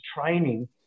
training